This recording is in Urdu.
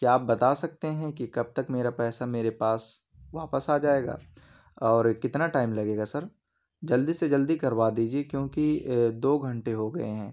کیا آپ بتا سکتے ہیں کہ کب تک میرا پیسہ میرے پاس واپس آ جائے گا اور کتنا ٹائم لگے گا سر جلدی سے جلدی کروا دیجیے کیونکہ دو گھنٹے ہو گئے ہیں